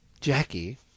Jackie